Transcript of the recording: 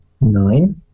Nine